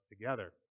together